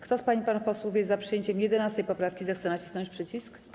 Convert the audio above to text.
Kto z pań i panów posłów jest za przyjęciem 11. poprawki, zechce nacisnąć przycisk.